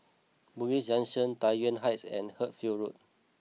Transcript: Bugis Junction Tai Yuan Heights and Hertford Road